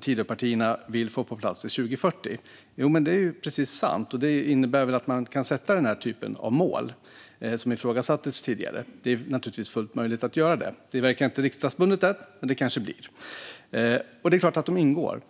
Tidöpartierna vill få på plats till 2040. Det är helt sant, och det innebär väl att man kan sätta denna typ av mål, vilket ifrågasattes tidigare. Det är naturligtvis fullt möjligt att göra det. Det verkar inte riksdagsbundet än, men det kanske blir det. Det är klart att de ingår.